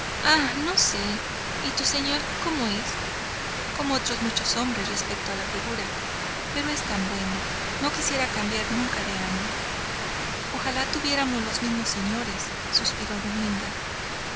ah no sé y tu señor cómo es como otros muchos hombres respecto a la figura pero es tan bueno no quisiera cambiar nunca de amo ojalá tuviéramos los mismos señores suspiró dominga